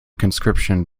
conscription